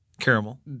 Caramel